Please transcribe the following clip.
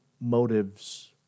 motives